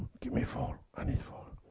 give me four, i need four,